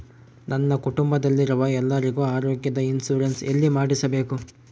ನನ್ನ ಕುಟುಂಬದಲ್ಲಿರುವ ಎಲ್ಲರಿಗೂ ಆರೋಗ್ಯದ ಇನ್ಶೂರೆನ್ಸ್ ಎಲ್ಲಿ ಮಾಡಿಸಬೇಕು?